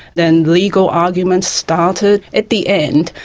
then legal arguments started. at the end,